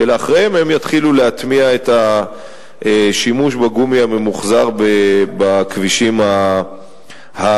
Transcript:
ולאחריהם הם יתחילו להטמיע את השימוש בגומי הממוחזר בכבישים הנסללים.